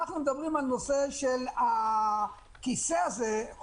אנחנו מדברים על הכיסא הזה,